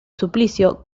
suplicio